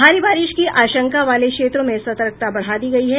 भारी बारिश की आशंका वाले क्षेत्रों में सतर्कता बढ़ा दी गयी है